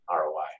ROI